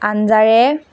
আঞ্জাৰে